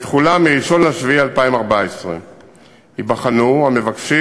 והחל מ-1 ביולי 2014 ייבחנו המבקשים